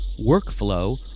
Workflow